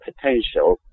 potential